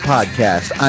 Podcast